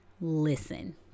listen